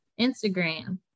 Instagram